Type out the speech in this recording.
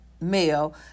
male